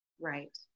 Right